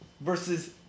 versus